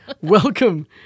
Welcome